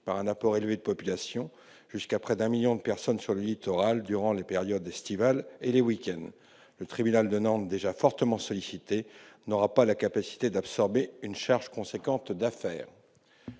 par un apport élevé de population, jusqu'à près de 1 million de personnes sur le littoral durant la période estivale et les week-ends. Le tribunal de Nantes, déjà fortement sollicité, n'aura pas la capacité d'absorber une charge importante d'affaires.